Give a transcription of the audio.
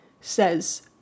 says